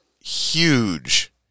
huge